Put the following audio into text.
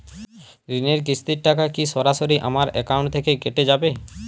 ঋণের কিস্তির টাকা কি সরাসরি আমার অ্যাকাউন্ট থেকে কেটে যাবে?